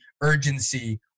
urgency